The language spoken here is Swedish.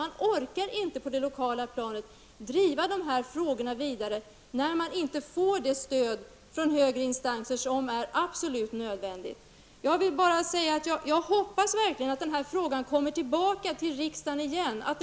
Man orkar inte på det lokala planet att driva dessa frågor vidare när man inte får det stöd från högre instanser som absolut är nödvändigt. Jag hoppas verkligen att denna fråga kommer tillbaka till riksdagen igen snart.